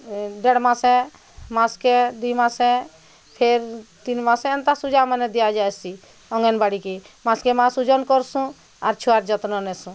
ଦେଢ଼୍ ମାସେ ମାସ୍କେ ଦୁଇ ମାସେ ଫେର୍ ତିନ୍ ମାସେ ଏନ୍ତା ସୁଜା ମାନେ ଦିଆଯାଏସି ଅଙ୍ଗନବାଡ଼ିକେ ମାସକେ ମାସ୍ ଓଜନ୍ କରସୁଁ ଆର୍ ଛୁଆର୍ ଯତ୍ନ ନେସୁଁ